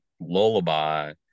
lullaby